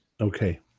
Okay